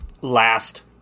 Last